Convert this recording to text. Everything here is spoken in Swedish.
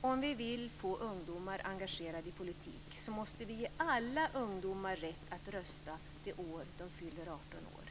Om vi vill få ungdomar engagerade i politik, måste vi ge alla ungdomar rätt att rösta det år de fyller 18 år.